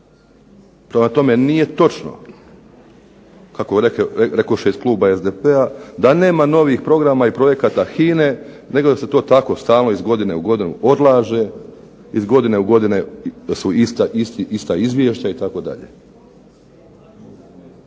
Prema tome, nije točno kako rekoše iz kluba SDP-a da nema novih programa i projekata HINA-e, nego da se to tako stalno iz godine u godinu odlaže, iz godine u godinu su ista izvješća itd.